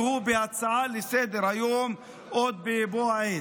שיעלה בהצעה לסדר-היום בבוא העת,